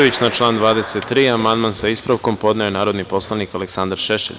Na član 23. amandman, sa ispravkom, podneo je narodni poslanik Aleksandar Šešelj.